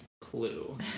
clue